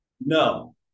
No